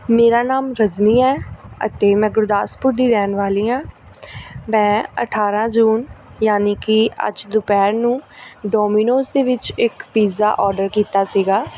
ਮੇਰਾ ਨਾਮ ਰਜਨੀ ਹੈ ਅਤੇ ਮੈਂ ਗੁਰਦਾਸਪੁਰ ਦੀ ਰਹਿਣ ਵਾਲੀ ਹਾਂ ਮੈਂ ਅਠਾਰ੍ਹਾਂ ਜੂਨ ਯਾਨੀ ਕਿ ਅੱਜ ਦੁਪਹਿਰ ਨੂੰ ਡੋਮਿਨੋਜ਼ ਦੇ ਵਿੱਚ ਇੱਕ ਪੀਜ਼ਾ ਔਡਰ ਕੀਤਾ ਸੀਗਾ